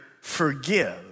forgive